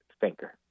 thinker